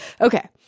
Okay